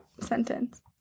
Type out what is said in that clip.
sentence